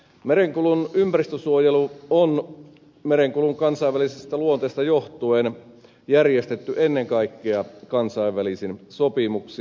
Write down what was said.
merenkulun ympäristönsuojelu on merenkulun kansainvälisestä luonteesta johtuen järjestetty ennen kaikkea kansainvälisin sopimuksin